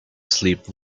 sleep